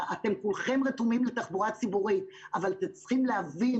אתם כולכם רתומים לתחבורה ציבורית אבל אתם צריכים להבין